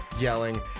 Yelling